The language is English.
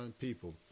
people